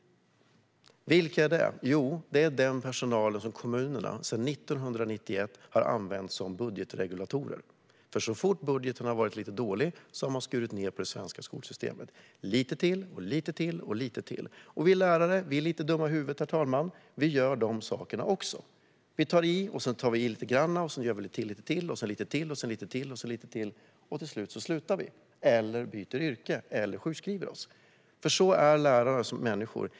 Vilka är det? Jo, det är den personal som kommunerna sedan 1991 har använt som budgetregulator. Så fort budgeten har varit lite dålig har man skurit ned på det svenska skolsystemet lite till, lite till och lite till. Vi lärare är lite dumma i huvudet, så vi gör dessa saker också. Vi tar i, sedan tar vi i lite till och så vidare. Till slut slutar vi, byter yrke eller sjukskriver oss. Så är lärare som människor.